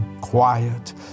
quiet